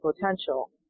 potential